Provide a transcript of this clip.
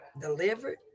delivered